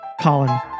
Colin